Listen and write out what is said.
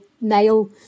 male